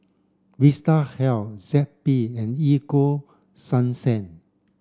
Vitahealth Zappy and Ego sunsense